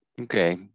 Okay